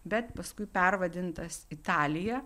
bet paskui pervadintas italija